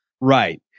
Right